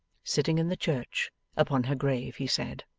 sitting in the church upon her grave, he said.